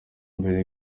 mbere